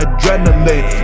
Adrenaline